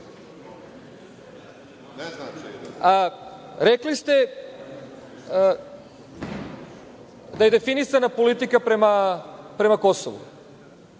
toga. Rekli ste da je definisana politika prema Kosovu,